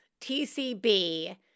TCB